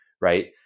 right